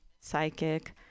psychic